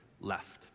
left